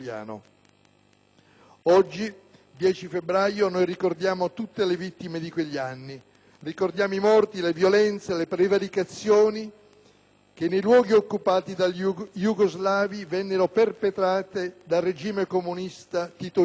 Oggi, 10 febbraio, ricordiamo tutte le vittime di quegli anni, i morti, nonché le violenze, le prevaricazioni che nei luoghi occupati dagli iugoslavi vennero perpetrate dal regime comunista titoista